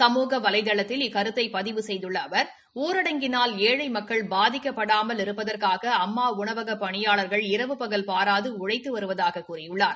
சமூக வலைதளத்தில் இக்கருத்தை பதிவு செய்துள்ள அவர் ஊரடங்கினால் ஏழை மக்கள் பாதிக்கப்படாமல் இருப்பதற்காக அம்மா உணவகப் பணியாளா்கள் இரவு பகல் பாராது உழைத்து வருவதாகக் கூறியுள்ளார்